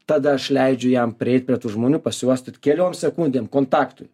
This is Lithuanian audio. tada aš leidžiu jam prieit prie tų žmonių pasiuostyt keliom sekundėm kontaktui